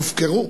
הופקרו.